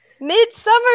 Midsummer